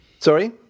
Sorry